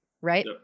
right